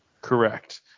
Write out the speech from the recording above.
Correct